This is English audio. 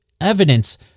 evidence